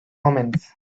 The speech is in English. omens